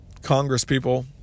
congresspeople